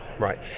Right